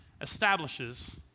establishes